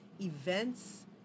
events